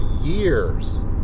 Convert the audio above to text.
years